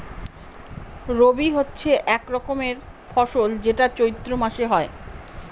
রবি হচ্ছে এক রকমের ফসল যেটা চৈত্র মাসে হয়